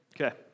Okay